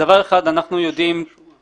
דבר אחד אנחנו יודעים כעובדה.